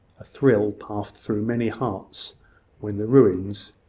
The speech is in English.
a thrill passed through many hearts when the ruins,